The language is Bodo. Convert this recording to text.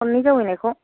खननै जावैनायखौ